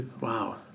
Wow